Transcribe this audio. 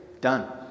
Done